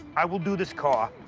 i will do this car,